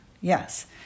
Yes